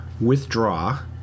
withdraw